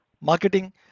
marketing